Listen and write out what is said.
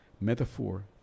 metaphor